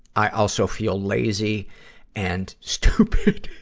i also feel lazy and stupid.